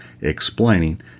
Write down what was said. explaining